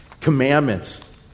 Commandments